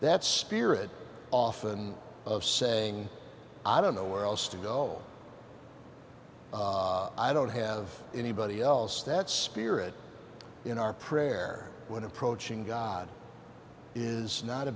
that spirit often of saying i don't know where else to go i don't have anybody else that spirit in our prayer when approaching god is not a